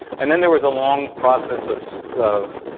and then there was a long process of of